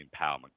empowerment